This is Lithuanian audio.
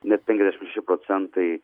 net penkiasdešim šeši procentai